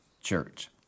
church